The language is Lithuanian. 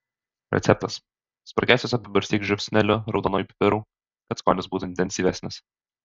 receptas spragėsius apibarstyk žiupsneliu raudonųjų pipirų kad skonis būtų intensyvesnis